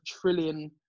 trillion